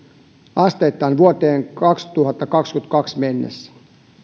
asteittain vuoteen kaksituhattakaksikymmentäkaksi mennessä